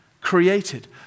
created